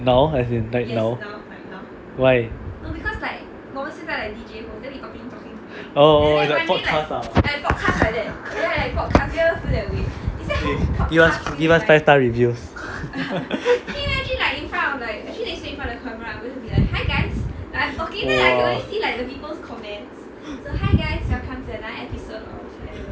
now as in like now why oh oh is like podcast ah give us five star reviews !wah!